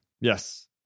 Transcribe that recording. Yes